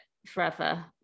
forever